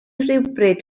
rhywbryd